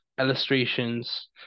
illustrations